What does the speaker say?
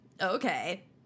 Okay